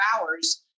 hours